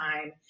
time